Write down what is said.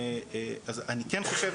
אני כן חושב,